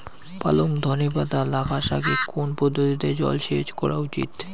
পালং ধনে পাতা লাফা শাকে কোন পদ্ধতিতে জল সেচ করা উচিৎ?